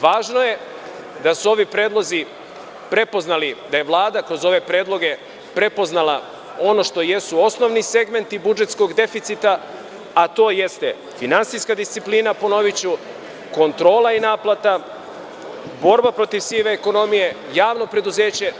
Važno je da je Vlada kroz ove predloge prepoznala ono što jesu osnovni segmenti budžetskog deficita, a to jeste finansijska disciplina, kontrola i naplata, borba protiv sive ekonomije, javno preduzeće.